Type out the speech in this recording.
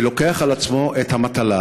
ולוקח על עצמו את המטלה,